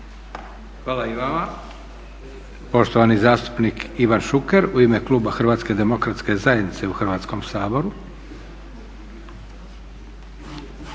Hvala i vama. Poštovani zastupnik Ivan Šuker u ime Kluba HDZ-a u Hrvatskom saboru.